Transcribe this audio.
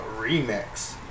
remix